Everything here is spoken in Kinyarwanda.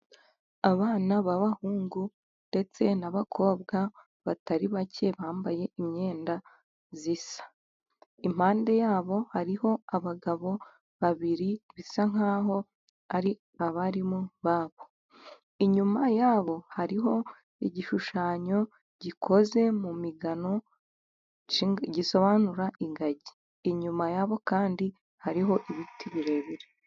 Abana b'abahungu ndetse n'abakobwa batari bake bambaye imyenda isa, impande ya bo hariho abagabo babiri, bisa nk'aho ari abarimu ba bo, inyuma ya bo hariho igishushanyo gikoze mu migano gisobanura ingagi, inyuma ya bo kandi hariho ibiti birebire.